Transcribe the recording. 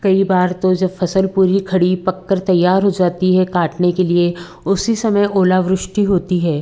कई बार तो जब फ़सल पूरी खड़ी पककर तैयार हो जाती है काटने के लिए उसी समय ओलावृष्टि होती है